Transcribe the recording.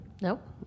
Nope